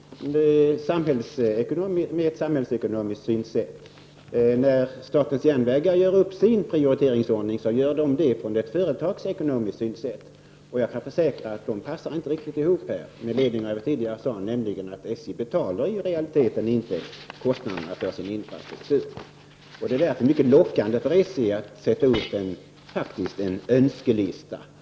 Fru talman! Banverket har sammanställt sin prioriteringsordning utifrån ett samhällsekonomiskt synsätt. Statens järnvägar har sammanställt sin prioriteringsordning från ett företagsekonomiskt synsätt. Jag kan försäkra att de synsätten inte passar riktigt ihop. Det är med ledning av vad jag sade tidigare, nämligen att SJ i realiteten inte betalar kostnaderna för sin infrastruktur. Det är därför lockande för SJ att göra upp en önskelista.